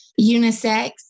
unisex